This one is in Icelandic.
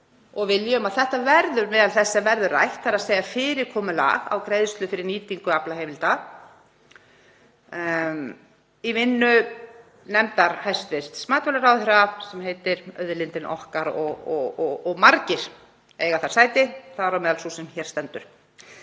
fram um að þetta verði meðal þess sem verður rætt, þ.e. fyrirkomulag á greiðslu fyrir nýtingu aflaheimilda, í vinnu nefndar hæstv. matvælaráðherra sem heitir Auðlindin okkar. Margir eiga þar sæti, þar á meðal sú sem hér stendur.